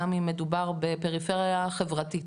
גם אם מדובר בפריפריה חברתית,